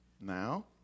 Now